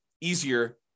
easier